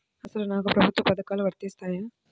అసలు నాకు ప్రభుత్వ పథకాలు వర్తిస్తాయా?